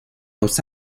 los